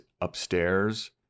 upstairs